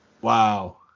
Wow